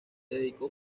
dedicó